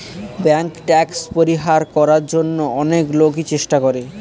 bank tax পরিহার করার জন্য অনেক লোকই চেষ্টা করে